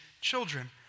children